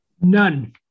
None